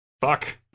Fuck